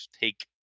take